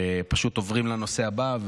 פשוט עוברים לנושא הבא.